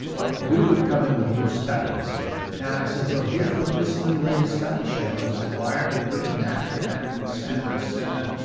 but we would come in with new studies and i said so here's what this new latest study shows so ah why aren't we doing that. and sandra said,